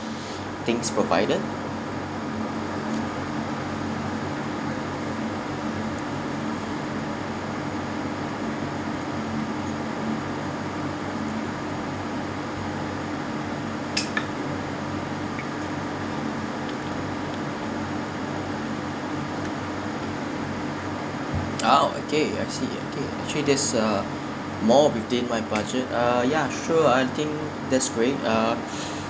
things provided !ow! okay I see okay actually this uh more within my budget uh ya sure I think that's great uh